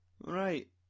Right